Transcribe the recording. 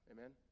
Amen